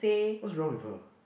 what's wrong with her